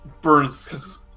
Burns